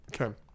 Okay